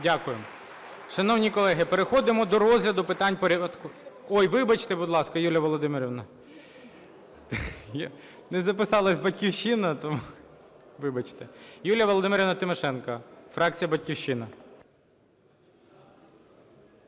Дякуємо. Шановні колеги, переходимо до розгляду питань порядку… Вибачте, будь ласка, Юлія Володимирівна. Не записались "Батьківщина". Вибачте. Юлія Володимирівна Тимошенко, фракція "Батьківщина".